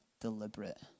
deliberate